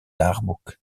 dagboek